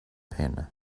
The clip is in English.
pen